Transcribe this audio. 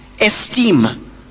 esteem